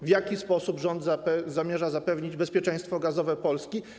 W jaki sposób rząd zamierza zapewnić bezpieczeństwo gazowe Polski?